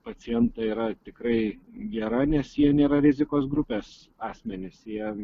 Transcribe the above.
pacientą yra tikrai gera nes jie nėra rizikos grupės asmenys jie